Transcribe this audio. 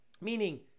meaning